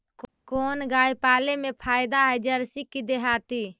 कोन गाय पाले मे फायदा है जरसी कि देहाती?